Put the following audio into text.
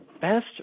best